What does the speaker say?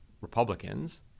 Republicans